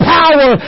power